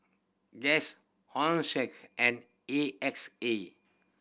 Guess Hosen and A X A